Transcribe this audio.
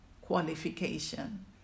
qualification